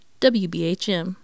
WBHM